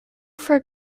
for